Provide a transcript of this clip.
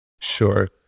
Sure